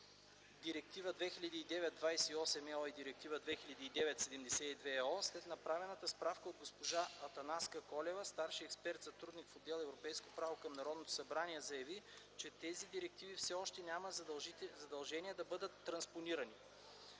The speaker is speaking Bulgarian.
Директива 2009/28/ЕО и Директива 2009/72/ЕО, след направената справка от госпожа Атанаска Колева – старши експертен сътрудник в отдел „Европейско право” към Народното събрание, заяви, че тези директиви все още няма задължение да бъдат транспонирани.